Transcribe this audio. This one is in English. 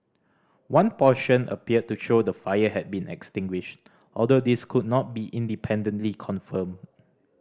one portion appeared to show the fire had been extinguished although this could not be independently confirmed